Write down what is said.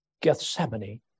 Gethsemane